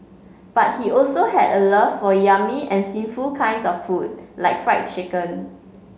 but he also had a love for yummy and sinful kinds of food like fried chicken